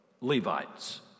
Levites